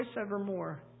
evermore